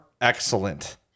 excellent